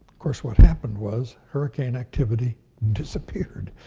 course, what happened was hurricane activity disappeared.